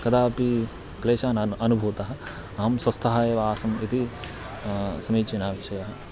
कदापि क्लेशाः नानुभूताः अहं स्वस्थः एव आसम् इति समीचीनः विषयः